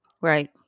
Right